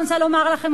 אני רוצה לומר לכם,